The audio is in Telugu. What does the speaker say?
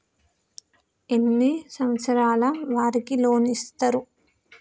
ఎన్ని సంవత్సరాల వారికి లోన్ ఇస్తరు?